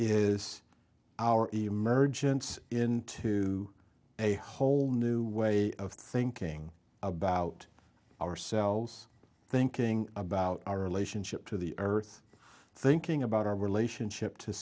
is our emergence in into a whole new way of thinking about ourselves thinking about our relationship to the earth thinking about our relationship to